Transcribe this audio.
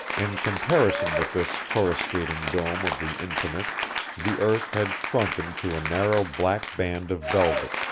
in comparison with this coruscating dome of the infinite the earth had shrunken to a narrow black band of velvet,